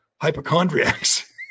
hypochondriacs